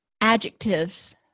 adjectives